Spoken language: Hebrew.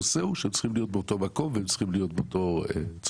הנושא הוא שצריכים להיות באותו מקום והם צריכים להיות באותה צורה.